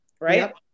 right